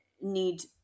need